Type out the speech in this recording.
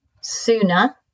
sooner